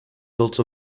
built